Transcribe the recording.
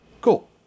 Cool